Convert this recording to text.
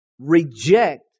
reject